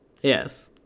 Yes